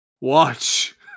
Watch